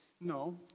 no